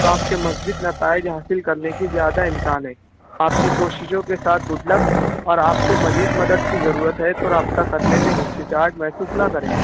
تو آپ کے مثبت نتائج حاصل کرنے کی زیادہ امکان ہے آپ کی کوششوں کے ساتھ گڈ لک اور آپ کو مزید مدد کی ضرورت ہے تو رابطہ کرنے میں ہچکچاہٹ محسوس نہ کریں